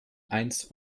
eins